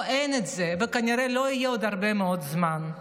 פה אין את זה וכנראה לא יהיה עוד הרבה מאוד זמן.